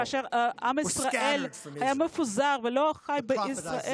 כאשר עם ישראל היה מפוזר ולא חי בישראל,